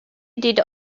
did